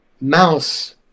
Mouse